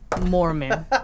Mormon